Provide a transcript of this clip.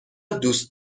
دوست